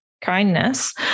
Kindness